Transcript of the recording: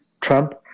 Trump